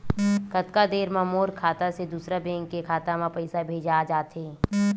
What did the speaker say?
कतका देर मा मोर खाता से दूसरा बैंक के खाता मा पईसा भेजा जाथे?